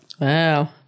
Wow